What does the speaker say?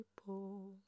people